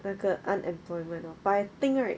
那个 unemployment hor but I think right